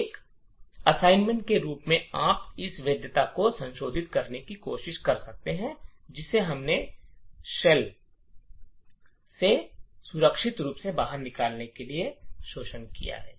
एक असाइनमेंट के रूप में आप इस भेद्यता को संशोधित करने की कोशिश कर सकते हैं जिसे हमने खोल से सुरक्षित रूप से बाहर निकलने के लिए शोषण किया है